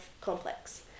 complex